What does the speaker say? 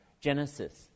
Genesis